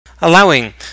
allowing